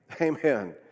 Amen